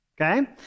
Okay